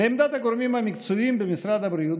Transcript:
לעמדת הגורמים המקצועיים במשרד הבריאות,